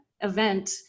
event